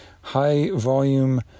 High-volume